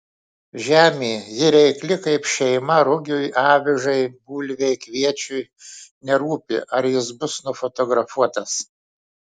žemė ji reikli kaip šeima rugiui avižai bulvei kviečiui nerūpi ar jis bus nufotografuotas